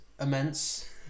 immense